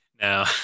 Now